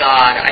God